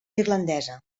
irlandesa